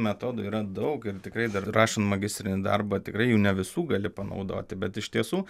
metodų yra daug ir tikrai dar rašant magistrinį darbą tikrai jų ne visų gali panaudoti bet iš tiesų